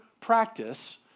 practice